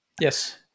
Yes